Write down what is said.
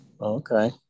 okay